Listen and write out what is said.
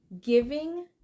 giving